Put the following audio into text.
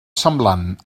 semblant